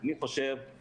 אני חושב,